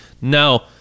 now